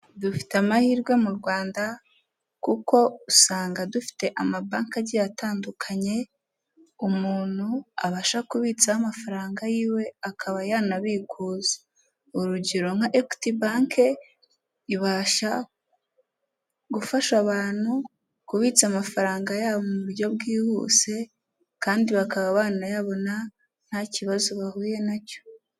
Dufite amahirwe mu rwanda, kuko usanga dufite amabanki agiye atandukanye, umuntu abasha kubitsaho amafaranga yiwe akaba yanabikuza. Urugero nka equity bank ibasha gufasha abantu kubitsa amafaranga yabo mu buryo bwihuse, kandi bakaba banayabona nta kibazo bahuye nacyo.